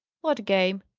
what game?